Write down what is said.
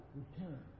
return